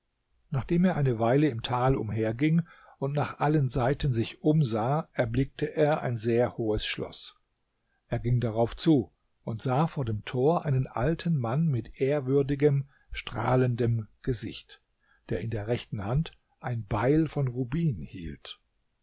nachdem er eine weile im tal umherging und nach allen seiten sich umsah erblickte er ein sehr hohes schloß er ging darauf zu und sah vor dem tor einen alten mann mit ehrwürdigem strahlendem gesicht der in der rechten hand ein beil von rubin hielt